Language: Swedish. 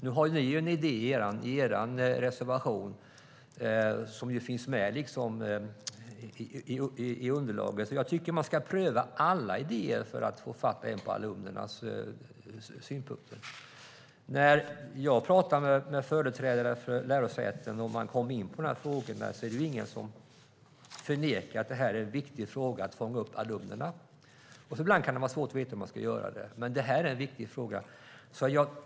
Ni har en idé i er reservation, som finns med i underlaget. Jag tycker att man ska pröva alla idéer för att få fatt på även alumnernas synpunkter. När jag talar med företrädare för lärosäten och man kommer in på de här frågorna är det ingen som förnekar att det är viktigt att fånga upp alumnerna. Ibland kan det vara svårt att veta hur man ska göra det, men det är en viktig fråga.